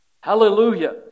Hallelujah